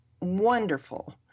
wonderful